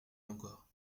encore